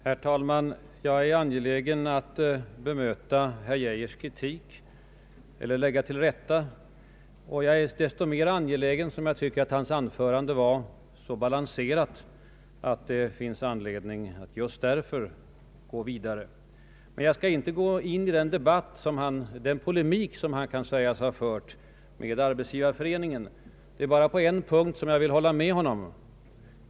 Herr talman! Jag är angelägen att bemöta herr Geijers kritik och lägga till rätta en del påståenden, och jag är desto mera angelägen att göra det som jag tycker att hans anförande var så balanserat. Men jag skall inte gå in på den polemik som han kan sägas ha fört med Arbetsgivareföreningen. På en punkt kan jag dock hålla med honom.